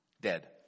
Dead